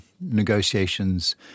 negotiations